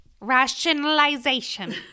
Rationalization